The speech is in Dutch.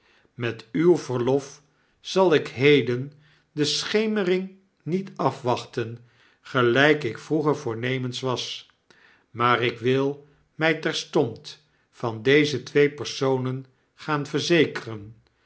met uw verlof zal ik heden de schemering niet afwachten gelyk ik vroeger voornemens was maar ik wil my terstond van deze twee personen gaan verzekeren